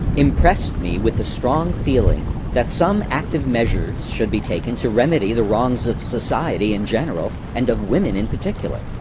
impressed me with the strong feeling that some active measures should he taken to remedy the wrongs of society in general and of women in particular.